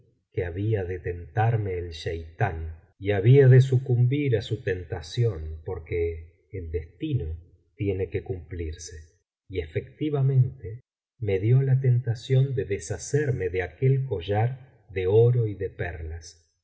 que había de tentarme el cheitán y biblioteca valenciana generalitat valenciana las mil noches y una noche había de sucumbir á su tentación porque el destino tiene que cumplirse y efectivamente me dio la tentación de deshacerme de aquel collar de oro y de perlas